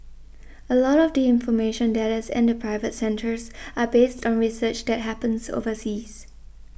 a lot of the information that is in the private centres are based on research that happens overseas